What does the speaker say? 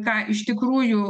ką iš tikrųjų